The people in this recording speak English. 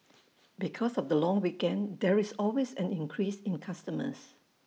because of the long weekend there is always an increase in customers